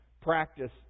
practice